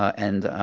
and